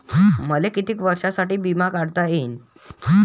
मले कितीक वर्षासाठी बिमा काढता येईन?